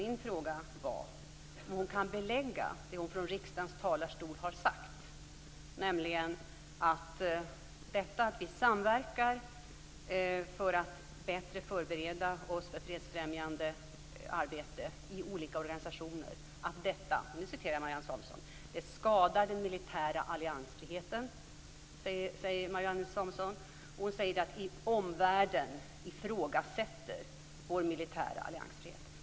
Min fråga var om hon kan belägga det hon från riksdagens talarstol har sagt, nämligen att detta att vi samverkar för att bättre förbereda oss för fredsfrämjande arbete i olika organisationer "skadar den militära alliansfriheten". Hon säger att man i omvärlden ifrågasätter vår militära alliansfrihet.